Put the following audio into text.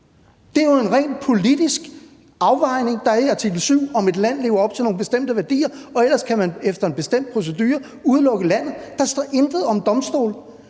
en ren politisk afvejning, der er i artikel 7, af, om et land lever op til nogle bestemte værdier, og ellers kan man efter en bestemt procedure udelukke landet. Der står intet om domstole.